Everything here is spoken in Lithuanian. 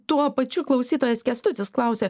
tuo pačiu klausytojas kęstutis klausė